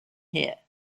here